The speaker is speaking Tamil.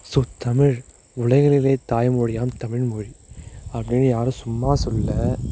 ஸோ தமிழ் உலகினிலே தாய்மொழியாம் தமிழ்மொழி அப்படினு யாரும் சும்மா சொல்லலை